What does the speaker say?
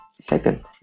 Second